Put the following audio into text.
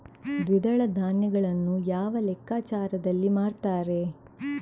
ದ್ವಿದಳ ಧಾನ್ಯಗಳನ್ನು ಯಾವ ಲೆಕ್ಕಾಚಾರದಲ್ಲಿ ಮಾರ್ತಾರೆ?